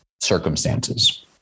circumstances